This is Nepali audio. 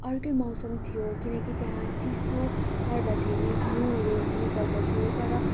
अर्कै मौसम थियो किनकि त्यहाँ चिसो पर्दाखेरि हिउँहरू हुने गर्दथ्यो तर